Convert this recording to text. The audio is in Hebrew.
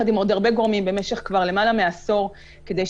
כל כך הרבה אנשים נמצאים ואנחנו כל כך זועקים --- מניסיוני